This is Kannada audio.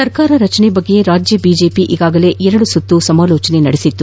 ಸರ್ಕಾರ ರಚನೆ ಕುರಿತಂತೆ ರಾಜ್ಯ ಬಿಜೆಪಿ ಈಗಾಗಲೇ ಎರಡು ಸುತ್ತು ಸಮಾಲೋಚನೆ ನಡೆಸಿತ್ತು